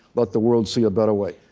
let the world see a better way.